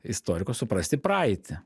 istoriko suprasti praeitį